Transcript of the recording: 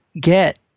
get